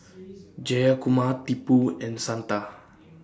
Jayakumar Tipu and Santha